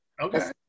okay